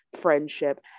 friendship